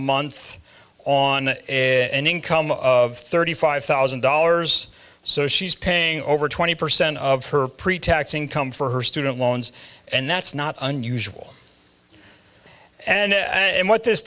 month on a income of thirty five thousand dollars so she's paying over twenty percent of her pretax income for her student loans and that's not unusual and what this